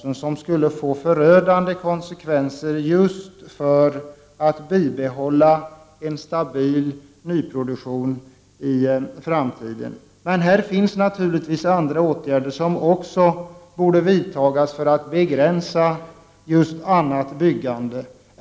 En sådan höjning skulle få förödande konsekvenser för bibehållandet av en stabil nyproduktion i framtiden. Det finns naturligtvis också andra åtgärder som borde vidtas för en begränsning av annat byggande.